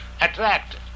attracted